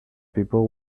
people